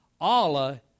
Allah